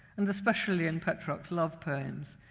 and especially in petrarch's love poems.